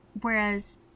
whereas